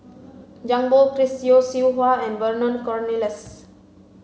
Zhang Bohe Chris Yeo Siew Hua and Vernon Cornelius